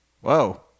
Whoa